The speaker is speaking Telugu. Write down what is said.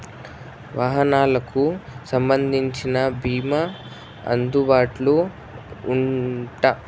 వాహనాలకు సంబంధించిన బీమా అందుబాటులో ఉందా?